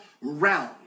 realm